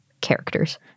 characters